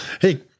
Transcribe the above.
hey